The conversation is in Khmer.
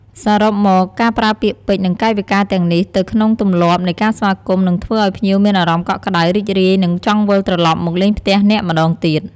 សរុបមកការប្រើពាក្យពេចន៍ និងកាយវិការទាំងនេះទៅក្នុងទម្លាប់នៃការស្វាគមន៍ នឹងធ្វើឲ្យភ្ញៀវមានអារម្មណ៍កក់ក្តៅ រីករាយ និងចង់វិលត្រឡប់មកលេងផ្ទះអ្នកម្ដងទៀត។